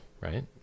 Right